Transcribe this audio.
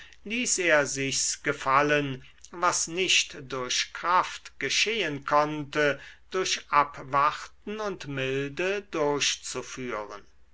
ließ er sich's gefallen was nicht durch kraft geschehen konnte durch abwarten und milde durchzuführen